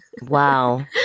wow